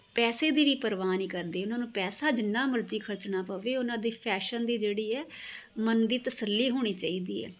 ਪੈਸੇ ਦੀ ਵੀ ਪਰਵਾਹ ਨਹੀਂ ਕਰਦੇ ਉਹਨਾਂ ਨੂੰ ਪੈਸਾ ਜਿੰਨਾ ਮਰਜ਼ੀ ਖਰਚਣਾ ਪਵੇ ਉਹਨਾਂ ਦੇ ਫੈਸ਼ਨ ਦੀ ਜਿਹੜੀ ਹੈ ਮਨ ਦੀ ਤਸੱਲੀ ਹੋਣੀ ਚਾਹੀਦੀ ਹੈ